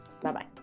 bye-bye